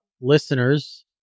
listeners